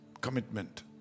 commitment